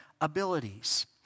abilities